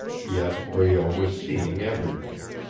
yet breault was seeing everything.